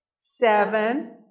seven